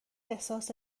احساس